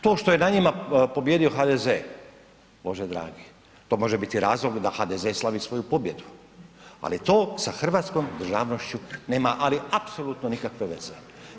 To što je na njima pobijedio HDZ, bože dragi, to može biti razloga da HDZ slavi svoju pobjedu, ali to sa hrvatskom državnošću nema ali apsolutno nikakve veze.